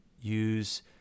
use